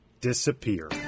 disappear